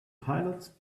pilots